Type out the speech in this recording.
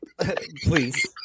Please